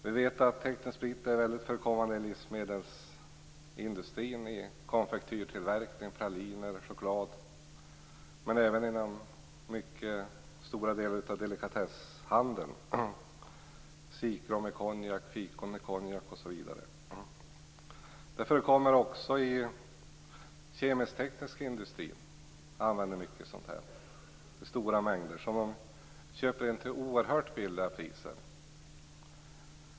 Vi vet att teknisk sprit är vanligt förekommande inom livsmedelsindustrin i konfektyrtillverkning, t.ex. praliner och choklad, men även inom stora delar av delikatesshandeln, t.ex. sikrom i konjak och fikon i konjak. Också i den kemisk-tekniska industrin används stora mängder teknisk sprit som köps in till oerhört billiga priser.